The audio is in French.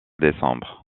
décembre